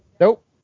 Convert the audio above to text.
Nope